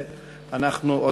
ואנחנו,